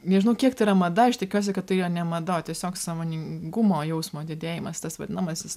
nežinau kiek tai yra mada aš tikiuosi kad tai yra ne mada o tiesiog sąmoningumo jausmo didėjimas tas vadinamasis